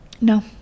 no